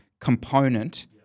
component